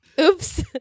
Oops